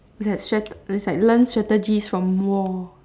is like learn strategies from war